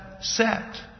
set